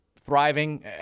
Thriving